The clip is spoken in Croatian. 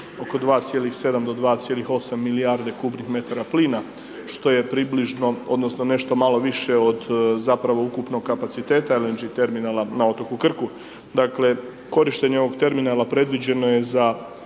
oko 2,7 do 2,8 milijarde kubnih metara plina što je približno odnosno nešto malo više od zapravo ukupnog kapaciteta LNG terminala na otoku Krku. Dakle, korištenje ovog terminala predviđeno je za